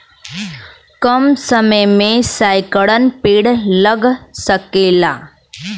कम समय मे सैकड़न पेड़ लग सकेला